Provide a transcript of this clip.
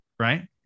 Right